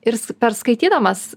ir perskaitydamas